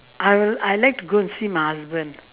I I like to go and see my husband